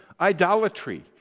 idolatry